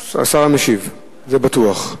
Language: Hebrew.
הוא השר המשיב, זה בטוח.